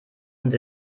sind